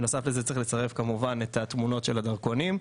בנוסף לזה צריך לצרף כמובן תמונות דרכונים.